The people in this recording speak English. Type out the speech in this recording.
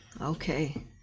Okay